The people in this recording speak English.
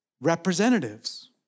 representatives